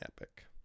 epic